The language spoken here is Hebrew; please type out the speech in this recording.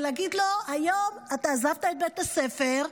ולהגיד לו: היום אתה עזבת את בית הספר,